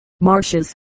marshes